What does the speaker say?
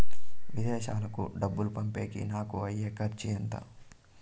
విదేశాలకు డబ్బులు పంపేకి నాకు అయ్యే ఖర్చు ఎంత?